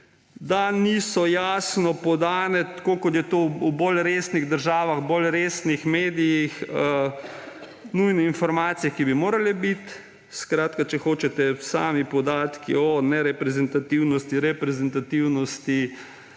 da niso jasno podane, tako kot je to v bolj resnih državah, bolj resnih medijih, nujne informacije, ki bi morale biti. Če hočete, sami podatki o nereprezentativnosti, reprezentativnosti